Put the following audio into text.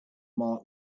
mark